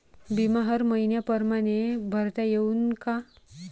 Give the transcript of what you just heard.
बिमा हर मइन्या परमाने भरता येऊन का?